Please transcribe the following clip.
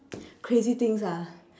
crazy things ah